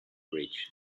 bridge